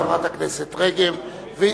חברת הכנסת רגב.